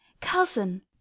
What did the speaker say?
cousin